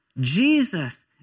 Jesus